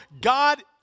God